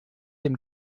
dem